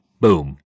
Boom